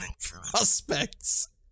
prospects